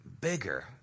bigger